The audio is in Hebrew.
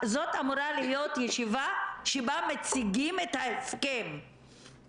זאת אמורה להיות ישיבה שבה מציגים את ההסכם,